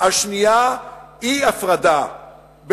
השנייה,